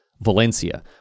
Valencia